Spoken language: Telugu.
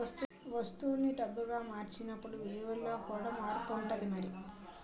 వస్తువుల్ని డబ్బుగా మార్చినప్పుడు విలువలో కూడా మార్పు ఉంటుంది మరి